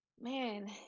man